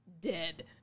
dead